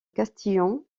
castillan